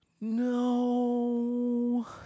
No